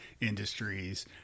industries